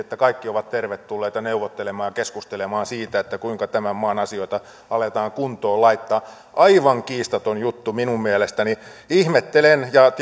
että kaikki ovat tervetulleita neuvottelemaan ja keskustelemaan siitä kuinka tämän maan asioita aletaan kuntoon laittaa aivan kiistaton juttu minun mielestäni ihmettelen ja